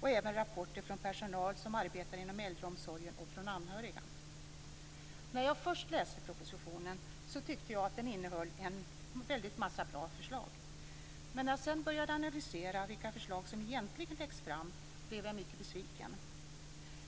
och även om rapporter från personal som arbetar inom äldreomsorgen och från anhöriga. Först när jag läste propositionen tyckte jag att den innehöll en mängd bra förslag. Men när jag sedan började analysera vilka förslag som egentligen läggs fram blev jag mycket besviken.